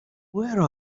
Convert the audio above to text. where